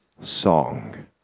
song